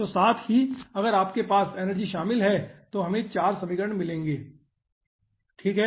तो साथ ही अगर आपके पास एनर्जी शामिल हैं तो हमें 4 समीकरण मिलेंगे ठीक है